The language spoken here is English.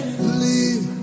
believe